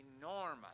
enormous